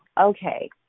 okay